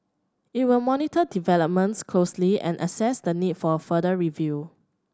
it will monitor developments closely and assess the need for a further review